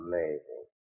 Amazing